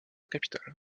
capitale